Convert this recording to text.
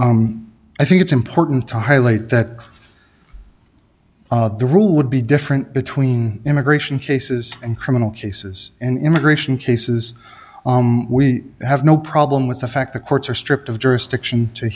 i think it's important to highlight that the rule would be different between immigration cases and criminal cases and immigration cases we have no problem with the fact the courts are stripped of jurisdiction to